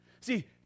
See